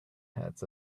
heads